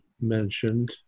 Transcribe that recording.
mentioned